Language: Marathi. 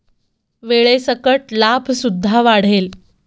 वेळेसकट लाभ सुद्धा वाढेल